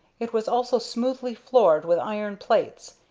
it was also smoothly floored with iron plates,